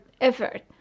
effort